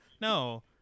no